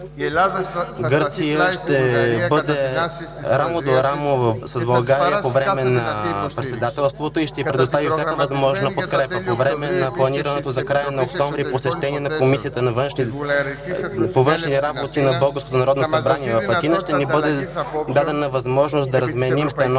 Гърция ще бъде рамо до рамо с България по време на председателството и ще й предостави всяка възможна подкрепа. По време на планираното за края на октомври посещение на Комисията по външните работи на българското Народно събрание в Атина ще ни бъде дадена възможност да разменим становища